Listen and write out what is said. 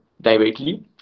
directly